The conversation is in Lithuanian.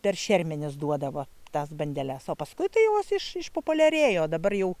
per šermenis duodavo tas bandeles o paskui tai jos iš išpopuliarėjo dabar jau